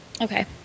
Okay